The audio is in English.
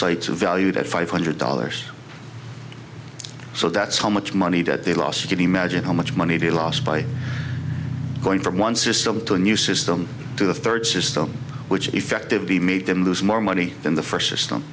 are valued at five hundred dollars so that's how much money that they lost to the magic how much money they lost by going from one system to a new system to the third system which effectively made them lose more money in the first system